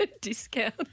discount